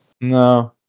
No